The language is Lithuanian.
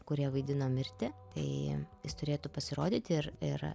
kurie vaidino mirtį tai jis turėtų pasirodyti ir ir